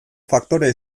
faktorea